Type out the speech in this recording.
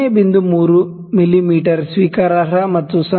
3 ಮಿಮೀ ಸ್ವೀಕಾರಾರ್ಹ ಮತ್ತು 0